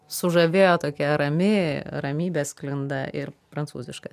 sužavėjo tokia rami ramybė sklinda ir prancūziška